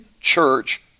church